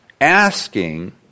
asking